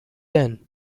then